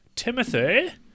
Timothy